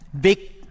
big